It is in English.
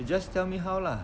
you just tell me how lah